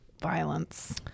violence